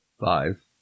five